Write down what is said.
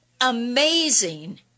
amazing